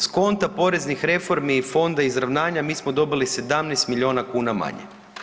S konta poreznih reformi i fonda izravnanja, mi smo dobili 17 milijuna kuna manje.